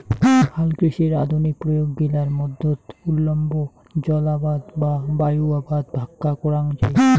হালকৃষির আধুনিক প্রয়োগ গিলার মধ্যত উল্লম্ব জলআবাদ বা বায়ু আবাদ ভাক্কা করাঙ যাই